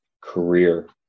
career